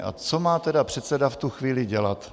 A co má tedy předseda v tu chvíli dělat?